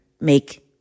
make